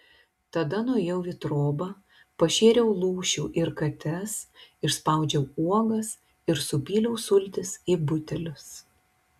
tada nuėjau į trobą pašėriau lūšių ir kates išspaudžiau uogas ir supyliau sultis į butelius